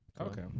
Okay